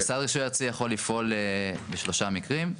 המוסד לרישוי עצמי יכול לפעול בשלושה מקרים,